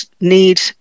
need